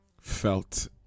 felt